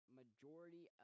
majority